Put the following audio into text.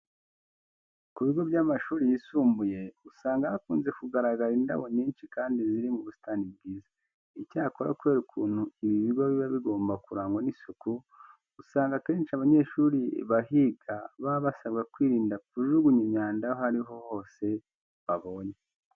Ku bigo by'amashuri yisumbuye usanga hakunze kugaragara indabo nyinshi kandi ziri mu busitani bwiza. Icyakora kubera ukuntu ibi bigo biba bigomba kurangwa n'isuku, usanga akenshi abanyeshuri bahiga baba basabwa kwirinda kujugunya imyanda aho ari ho hose babonye.